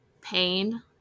pain